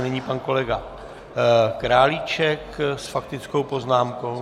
Nyní pan kolega Králíček s faktickou poznámkou.